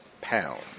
pound